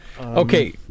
Okay